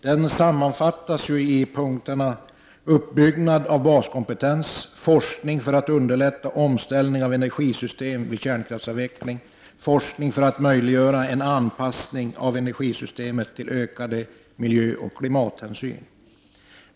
Den sammanfattas i punkterna uppbyggnad av baskompetens, forskning för att underlätta omställning av energisystem vid kärnkraftsavveckling, forskning för att möjliggöra en anpassning av energisystemet till ökade miljöoch klimathänsyn.